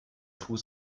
fuß